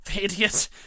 idiot